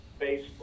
Facebook